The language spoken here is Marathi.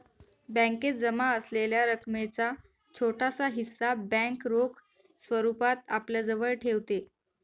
बॅकेत जमा असलेल्या रकमेचा छोटासा हिस्सा बँक रोख स्वरूपात आपल्याजवळ ठेवते